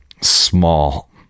small